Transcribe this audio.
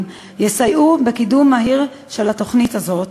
יסייעו בקידום מהיר של התוכנית הזאת,